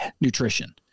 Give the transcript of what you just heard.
nutrition